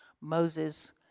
Moses